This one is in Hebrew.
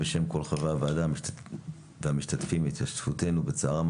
בשם כל חברי הוועדה את השתתפותנו בצערם